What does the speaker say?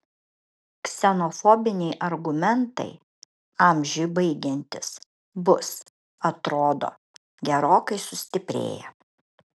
ksenofobiniai argumentai amžiui baigiantis bus atrodo gerokai sustiprėję